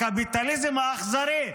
הקפיטליזם האכזרי,